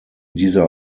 dieser